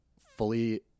fully